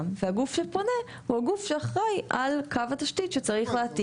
והגוף שפונה הוא הגוף שאחראי על קו התשתית שצריך להעתיק.